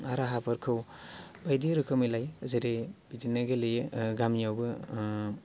राहाफोरखौ बायदि रोखोमै लायो जेरै बिदिनो गेलेयो गामियावबो